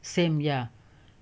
sam ya